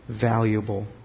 valuable